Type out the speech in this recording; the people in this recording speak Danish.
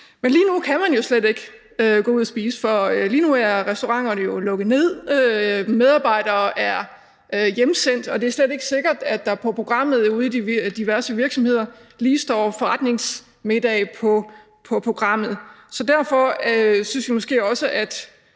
Men lige nu kan man jo slet ikke gå ud og spise, for lige nu er restauranterne jo lukket ned, medarbejdere er hjemsendt, og det er slet ikke sikkert, at der ude i diverse virksomheder lige står forretningsmiddage på programmet, så derfor synes vi måske ikke, i